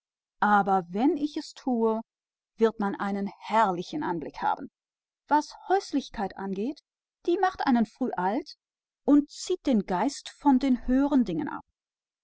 aber wenn es dazu kommt wird es ein ganz herrlicher anblick sein was die häuslichkeit angeht macht einen die früh alt und lenkt einen von den höheren dingen ab